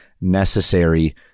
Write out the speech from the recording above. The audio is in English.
necessary